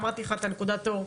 אמרתי לך את נקודת האור,